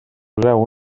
poseu